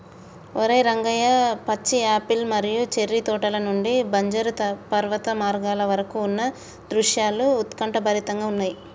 ఓరై రంగయ్య పచ్చి యాపిల్ మరియు చేర్రి తోటల నుండి బంజరు పర్వత మార్గాల వరకు ఉన్న దృశ్యాలు ఉత్కంఠభరితంగా ఉన్నయి